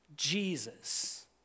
Jesus